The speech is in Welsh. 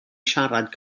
siarad